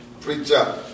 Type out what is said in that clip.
preacher